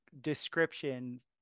description